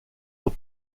pas